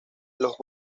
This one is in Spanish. los